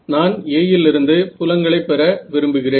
நான் A லிருந்து புலங்களை பெற விரும்புகிறேன்